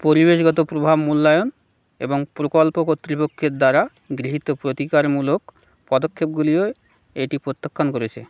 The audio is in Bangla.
পরিবেশগত প্রভাব মূল্যায়ন এবং প্রকল্প কর্তৃপক্ষের দ্বারা গৃহীত প্রতিকারমূলক পদক্ষেপগুলিও এটি প্রত্যাখ্যান করেছে